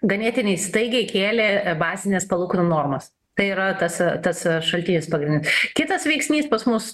ganėtinai staigiai kėlė bazines palūkanų normas tai yra tas tas šaltinis pagrindinis kitas veiksnys pas mus